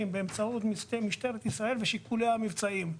באמצעות משטרת ישראל ושיקולי המבצעים.